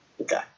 Okay